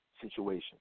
situation